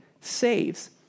saves